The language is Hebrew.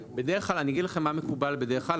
אגיד לכם מה מקובל בדרך כלל.